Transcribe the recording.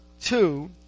two